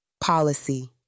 Policy